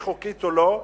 היא חוקית או לא,